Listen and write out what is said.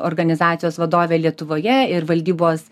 organizacijos vadovė lietuvoje ir valdybos